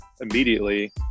immediately